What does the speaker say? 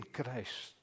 Christ